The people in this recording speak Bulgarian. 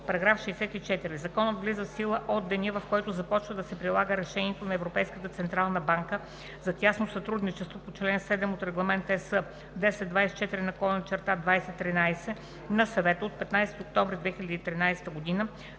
64: „§ 64. Законът влиза в сила от деня, в който започва да се прилага решението на Европейската централна банка за тясно сътрудничество по чл. 7 от Регламент (ЕС) № 1024/2013 на Съвета от 15 октомври 2013 година